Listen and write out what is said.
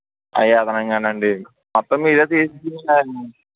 అవి అదనంగా నండి మొత్తం మీరే తీసుకుంటా